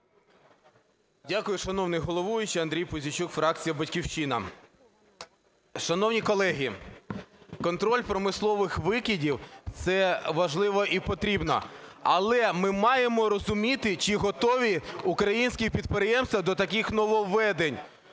Дякую, шановний головуючий. Андрій Пузійчук, фракція "Батьківщина". Шановні колеги, контроль промислових викидів – це важливо і потрібно, але ми маємо розуміти, чи готові українські підприємства до таких нововведень.